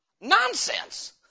Nonsense